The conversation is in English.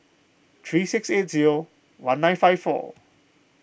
three six eight zero one nine five four